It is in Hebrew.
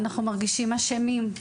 אנחנו מרגישים אשמים.